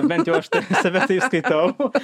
bent jau aš save taip skaitau